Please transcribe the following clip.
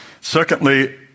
Secondly